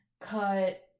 cut